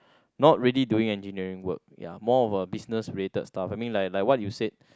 not really doing engineering work ya more of a business related stuff I mean like like what you said